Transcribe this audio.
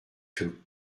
que